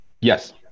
Yes